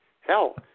Hell